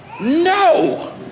No